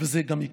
וזה גם יקרה.